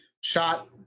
shot